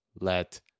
let